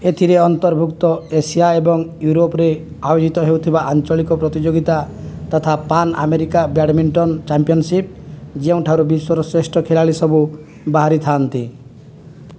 ଏଥିରେ ଅନ୍ତର୍ଭୁକ୍ତ ଏସିଆ ଏବଂ ୟୁରୋପରେ ଆୟୋଜିତ ହେଉଥିବା ଆଞ୍ଚଳିକ ପ୍ରତିଯୋଗିତା ତଥା ପାନ୍ ଆମେରିକା ବ୍ୟାଡ଼ମିଣ୍ଟନ ଚାମ୍ପିଅନସିପ୍ ଯେଉଁଠାରୁ ବିଶ୍ୱର ଶ୍ରେଷ୍ଠ ଖେଳାଳି ସବୁ ବାହାରିଥାଆନ୍ତି